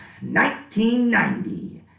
1990